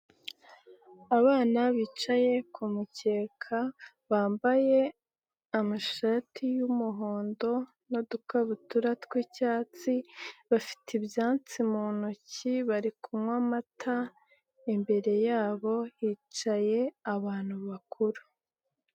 Abana bicaye ku mukeka bambaye amashati y'umuhondo n'udukabutura tw'icyatsi, bafite ibyatsi mu ntoki bari kunywa amata, imbere yabo hicaye abantu bakuru.